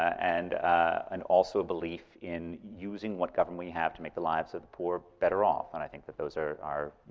and and also a belief in using what government we have to make the lives of the poor better off. and i think that those are are